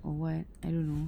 or what I don't know